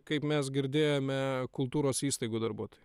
kaip mes girdėjome kultūros įstaigų darbuotojai